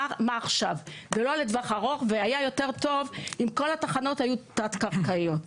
מה עכשיו ולא לטווח ארוך והיה יותר טוב אם כל התחנות היו תת קרקעיות.